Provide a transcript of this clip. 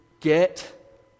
Get